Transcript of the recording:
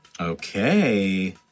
Okay